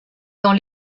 dans